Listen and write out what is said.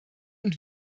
und